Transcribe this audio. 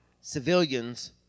civilians